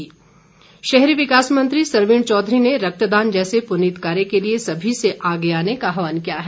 सरवीण चौधरी शहरी विकास मंत्री सरवीण चौधरी ने रक्तदान जैसे पुनीत कार्य के लिए सभी से आगे आने का आहवान किया है